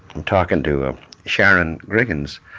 i'm talking to sharon griggins.